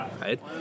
right